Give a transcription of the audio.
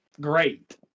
great